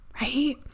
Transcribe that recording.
Right